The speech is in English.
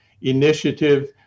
initiative